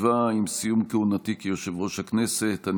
הסכם קואליציוני לכינון הממשלה השלושים-ושבע